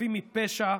חפים מפשע.